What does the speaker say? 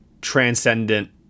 transcendent